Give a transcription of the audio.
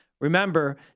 Remember